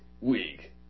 Week